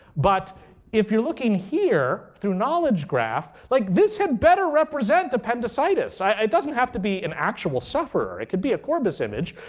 but if you're looking here through knowledge graph, like this had better represent appendicitis. it doesn't have to be an actual suffer. it could be a corbis image.